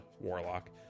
warlock